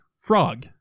Frog